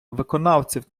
виконавців